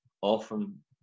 often